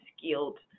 skilled